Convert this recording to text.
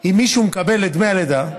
אם מישהו מקבל את דמי הלידה,